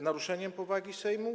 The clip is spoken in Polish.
naruszeniem powagi Sejmu.